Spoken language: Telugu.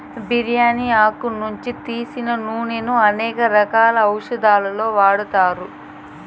బిర్యాని ఆకు నుంచి తీసిన నూనెను అనేక రకాల ఔషదాలలో వాడతారు